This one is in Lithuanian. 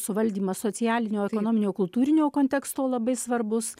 suvaldymas socialinio ekonominio kultūrinio konteksto labai svarbus